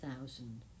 thousand